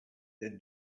then